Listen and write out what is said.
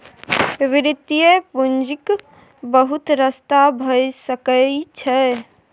वित्तीय पूंजीक बहुत रस्ता भए सकइ छै